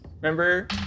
Remember